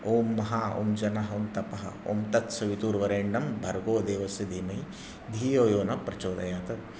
ॐ महः ॐ जनः ॐ तपः ॐ तत्सवितुर्वरेण्यं भर्गो देवस्य धीमहि धियो यो नः प्रचोदयात्